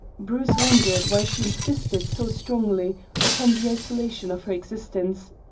bruce wondered why she insisted so strongly upon the isolation of her existence.